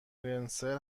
لنسر